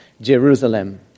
Jerusalem